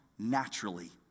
naturally